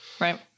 Right